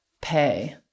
pay